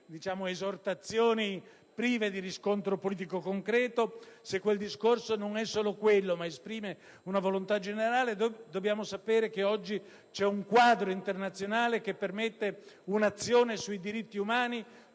esortazioni prive di riscontro politico concreto, se quel discorso non è solo quello, ma esprime una volontà generale, dobbiamo sapere che oggi c'è un quadro internazionale che permette un'azione sui diritti umani